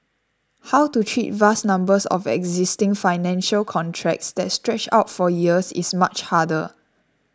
how to treat vast numbers of existing financial contracts that stretch out for years is much harder